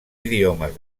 idiomes